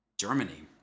Germany